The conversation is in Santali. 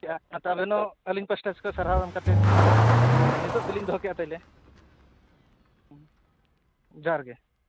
ᱠᱮᱜᱼᱟ ᱟᱵᱮᱱ ᱦᱚᱸ ᱟᱹᱞᱤᱧ ᱯᱟᱦᱟᱴᱟᱥᱮᱫ ᱠᱷᱚᱱ ᱥᱟᱨᱦᱟᱣ ᱮᱢ ᱠᱟᱛᱮᱫ ᱱᱤᱛᱚᱜ ᱫᱚᱞᱤᱧ ᱫᱚᱦᱚ ᱠᱮᱫᱟ ᱛᱟᱦᱚᱞᱮ ᱡᱚᱦᱟᱨ ᱜᱮ